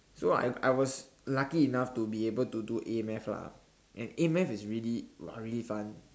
so I I was lucky enough to be able to do A-math lah and A-math is really !wah! really fun